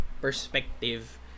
perspective